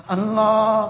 Allah